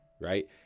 right